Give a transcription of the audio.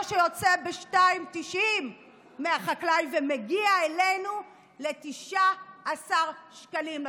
שיוצא ב-2.90 מהחקלאי ומגיע ב-19 שקלים,